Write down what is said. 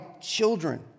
children